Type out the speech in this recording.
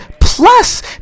Plus